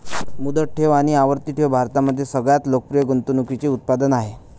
मुदत ठेव आणि आवर्ती ठेव भारतामध्ये सगळ्यात लोकप्रिय गुंतवणूकीचे उत्पादन आहे